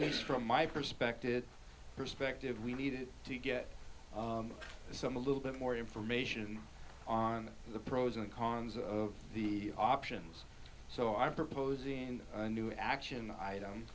least from my perspective perspective we need to get some a little bit more information on the pros and cons of the options so i propose in a new action i